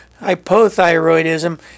hypothyroidism